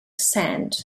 sand